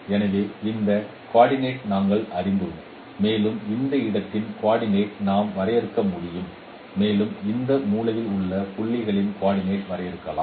எனவே இந்த குர்டினட் நாங்கள் அறிவோம் மேலும் இந்த இடத்தின் குர்டினட் நாம் வரையறுக்க முடியும் மேலும் இந்த மூலையில் உள்ள புள்ளிகளின் குர்டினட் வரையறுக்கலாம்